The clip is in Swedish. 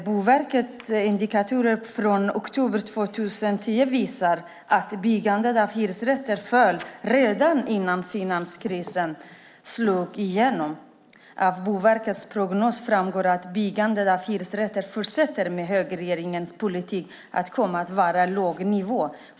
Boverkets indikatorer från oktober 2010 visar att byggandet av hyresrätter minskade redan innan finanskrisen slog igenom. Av Boverkets prognos framgår att byggandet av hyresrätter fortsätter med högerregeringens politik att vara på låg nivå.